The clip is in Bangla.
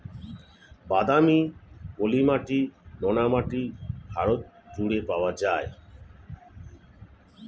বাদামি, পলি মাটি, নোনা মাটি ভারত জুড়ে পাওয়া যায়